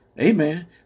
Amen